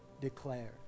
declared